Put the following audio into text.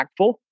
impactful